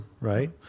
right